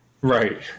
Right